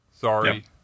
sorry